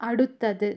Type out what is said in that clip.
അടുത്തത്